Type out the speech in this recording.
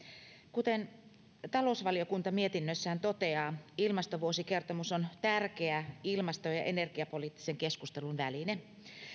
kuten talousvaliokunta mietinnössään toteaa ilmastovuosikertomus on tärkeä ilmasto ja energiapoliittisen keskustelun väline